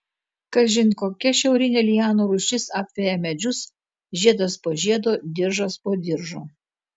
kažin kokia šiaurinė lianų rūšis apveja medžius žiedas po žiedo diržas po diržo